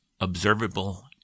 observable